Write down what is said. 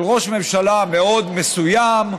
של ראש ממשלה מאוד מסוים,